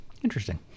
Interesting